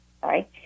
Sorry